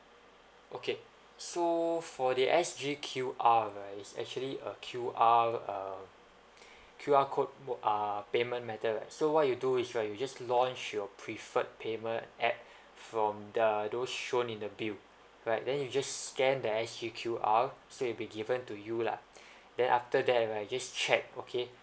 okay so for the S_G Q_R right it's actually a Q_R um Q_R code wo~ uh payment method lah so what you do is right you just launch your preferred payment app from the those shown in the bill right then you just scan the S_G Q_R so it'll be given to you lah then after that right just check okay